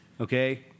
Okay